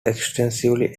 extensively